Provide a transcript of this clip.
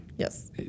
Yes